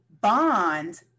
bond